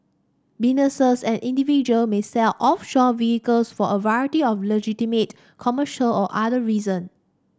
businesses and individual may set up offshore vehicles for a variety of legitimate commercial or other reason